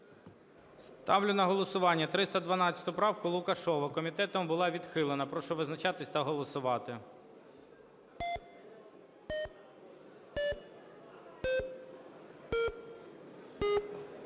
Ставлю на голосування 312 правку Лукашева. Комітетом була відхилена. Прошу визначатися та голосувати.